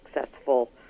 successful